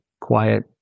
quiet